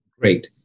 Great